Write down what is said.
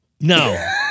No